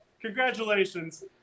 Congratulations